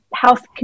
health